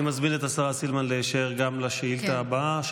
אני מזמין את השרה סילמן להישאר גם לשאילתה הבאה,